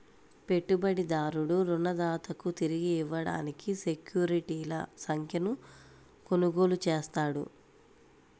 పెట్టుబడిదారుడు రుణదాతకు తిరిగి ఇవ్వడానికి సెక్యూరిటీల సంఖ్యను కొనుగోలు చేస్తాడు